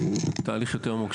תהליך יותר עמוק,